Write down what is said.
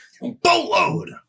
Boatload